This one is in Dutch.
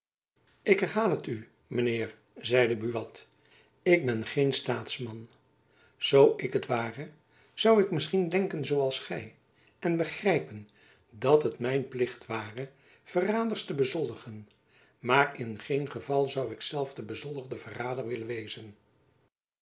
ik herhaal het u mijn heer zeide buat ik ben geen staatsman zoo ik het ware zoû ik misschien denken zoo als gy en begrijpen dat het mijn plicht ware verraders te bezoldigen maar in geen geval zoû ik zelf de bezoldigde verrader willen wezen